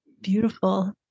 Beautiful